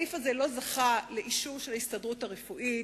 הסעיף הזה לא זכה לאישור של ההסתדרות הרפואית,